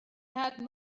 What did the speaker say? had